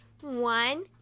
one